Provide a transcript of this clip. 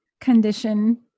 condition